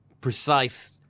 precise